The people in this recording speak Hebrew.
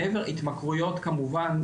התמכרויות כמובן,